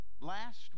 last